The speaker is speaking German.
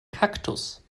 kaktus